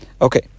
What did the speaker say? Okay